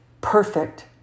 perfect